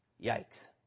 Yikes